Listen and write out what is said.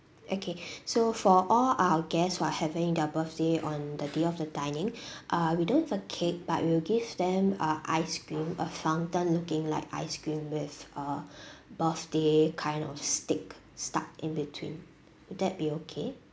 okay so for all our guests while having their birthday on the day of the dining uh we don't have a cake but we will give them uh ice cream a fountain looking like ice cream with a birthday kind of stick stuck in between would that be okay